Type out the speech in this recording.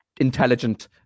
intelligent